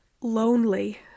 lonely